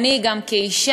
אני גם כאישה,